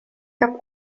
cap